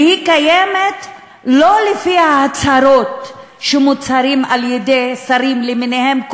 והיא קיימת לא לפי ההצהרות שמוצהרות על-ידי שרים למיניהם,